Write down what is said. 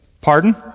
Pardon